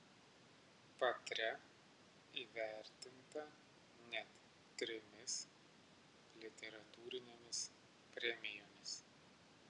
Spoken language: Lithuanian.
patria įvertinta net trimis literatūrinėmis premijomis